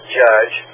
judge